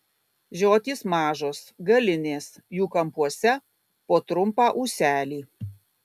žiotys mažos galinės jų kampuose po trumpą ūselį